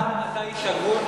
חבר הכנסת אייכלר,